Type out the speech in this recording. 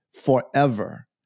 forever